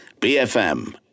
BFM